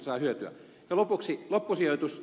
ja lopuksi loppusijoitus